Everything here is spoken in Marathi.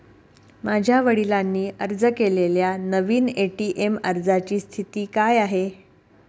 माझ्या वडिलांनी अर्ज केलेल्या नवीन ए.टी.एम अर्जाची स्थिती काय आहे?